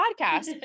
podcast